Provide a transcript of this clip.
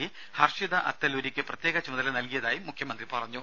G Harshita അത്തല്ലൂരിക്ക് പ്രത്യേക ചുമതല നൽകിയതായി മുഖ്യമന്ത്രി അറിയിച്ചു